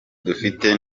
dufite